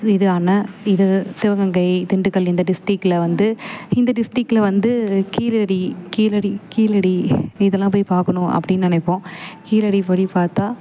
இது ஆன இது சிவகங்கை திண்டுக்கல் இந்த டிஸ்டிரிகில் வந்து இந்த டிஸ்டிரிகில் வந்து கீழடி கீழடி கீழடி இதெல்லாம் போய் பார்க்கணும் அப்படின்னு நினைப்போம் கீழடி படி பார்த்தா